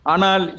Anal